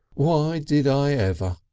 why did i ever?